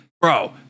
bro